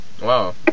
Wow